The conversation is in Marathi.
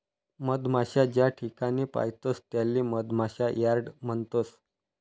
मधमाशा ज्याठिकाणे पायतस त्याले मधमाशा यार्ड म्हणतस